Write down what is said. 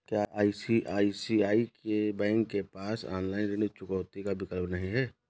क्या आई.सी.आई.सी.आई बैंक के पास ऑनलाइन ऋण चुकौती का विकल्प नहीं है?